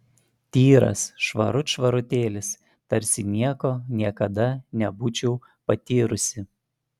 tyras švarut švarutėlis tarsi nieko niekada nebūčiau patyrusi